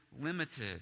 limited